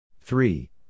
Three